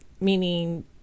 Meaning